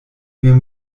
wir